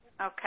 Okay